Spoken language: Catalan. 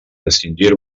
distingir